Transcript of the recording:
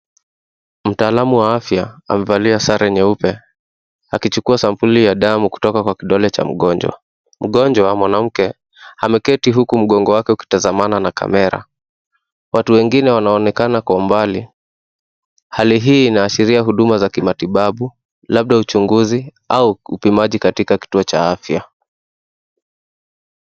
Mtaalamu wa afya amevalia sare nyeupe kiachukua sampuli ya damu kutoka kwa kidole cha mgonjwa. mgonjwa ambaye ni mwanamke ameketi huku mgongo wake ukitazamana na kamera, watu wengine wanaonekana kwa umbali, hali hii inaashiria huduma za kimatibabu, labda uchunguzi au upimaji katika kitu cha afya.